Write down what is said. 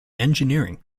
engineering